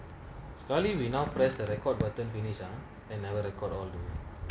sekali will not press the record button finally on and I record all